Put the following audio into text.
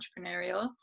entrepreneurial